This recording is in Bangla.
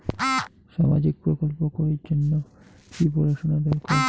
সামাজিক প্রকল্প করির জন্যে কি পড়াশুনা দরকার?